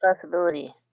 possibility